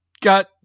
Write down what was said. got